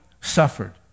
suffered